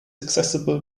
accessible